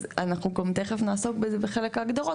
אז אנחנו גם תכף נעסוק בזה בחלק ההגדרות,